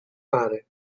mare